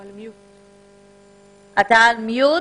את אביעד.